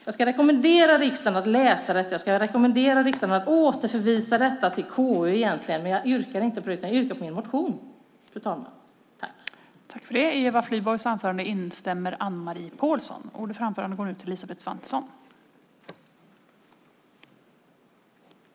Jag ska rekommendera riksdagen att läsa betänkandet och att återförvisa ärendet till KU, men jag yrkar inte på det, utan jag yrkar bifall till min motion.